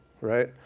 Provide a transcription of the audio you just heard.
right